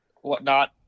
whatnot